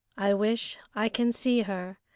i wish i can see her,